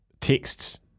Texts